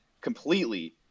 completely